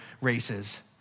races